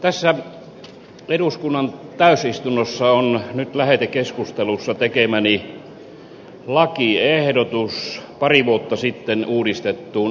tässä eduskunnan täysistunnossa on nyt lähetekeskustelussa tekemäni lakiehdotus pari vuotta sitten uudistettuun yliopistolakiin